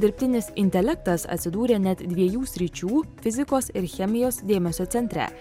dirbtinis intelektas atsidūrė net dviejų sričių fizikos ir chemijos dėmesio centre